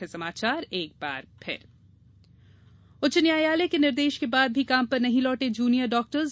मुख्य समाचार उच्च न्यायालय के निर्देश के बाद भी काम पर नहीं लौटे जूनियर डॉक्टर्स